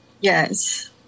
Yes